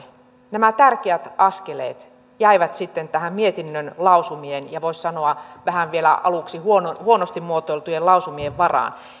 nämä tärkeät askeleet jäivät sitten mietinnön lausumien ja voisi sanoa aluksi vähän vielä huonosti muotoiltujen lausumien varaan